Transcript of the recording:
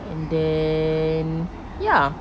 and then ya